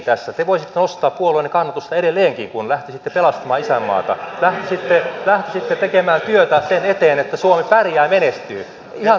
te voisitte nostaa puolueenne kannatusta edelleenkin kun lähtisitte pelastamaan isänmaata lähtisitte tekemään työtä sen eteen että suomi pärjää ja menestyy